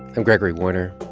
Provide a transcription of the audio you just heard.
i'm gregory warner,